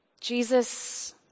Jesus